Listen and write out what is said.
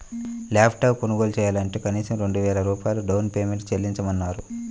lap top కొనుగోలు చెయ్యాలంటే కనీసం రెండు వేల రూపాయలు డౌన్ పేమెంట్ చెల్లించమన్నారు